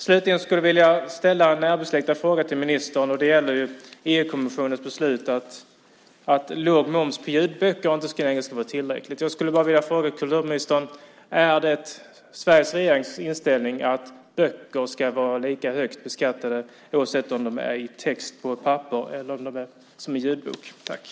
Slutligen skulle jag vilja ställa en närbesläktad fråga till kulturministern. Det gäller EU-kommissionens beslut att låg moms på ljudböcker inte längre ska vara tillåtet. Är det Sveriges regerings inställning att böcker ska vara lika högt beskattade oavsett om de publiceras på papper eller som ljudböcker?